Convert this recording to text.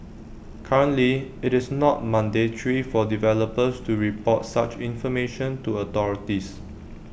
currently IT is not mandatory for developers to report such information to authorities